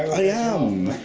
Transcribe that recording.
i am!